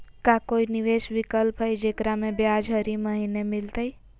का कोई निवेस विकल्प हई, जेकरा में ब्याज हरी महीने मिलतई?